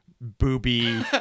booby